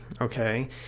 okay